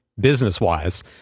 business-wise